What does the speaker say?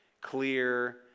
clear